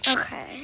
Okay